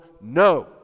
no